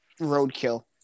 roadkill